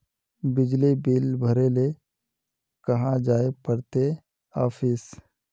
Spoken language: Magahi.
बिजली बिल भरे ले कहाँ जाय पड़ते ऑफिस?